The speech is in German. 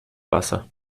wasser